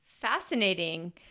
Fascinating